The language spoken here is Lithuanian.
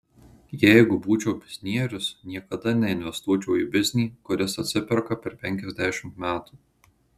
jeigu būčiau biznierius niekada neinvestuočiau į biznį kuris atsiperka per penkiasdešimt metų